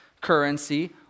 currency